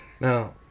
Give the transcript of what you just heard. now